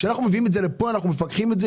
כאשר אנחנו מביאים את זה לכאן אנחנו מפקחים על זה,